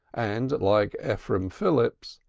and, like ephraim phillips,